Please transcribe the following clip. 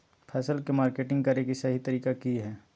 फसल के मार्केटिंग करें कि सही तरीका की हय?